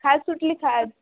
खाज सुटली खाज